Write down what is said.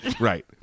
Right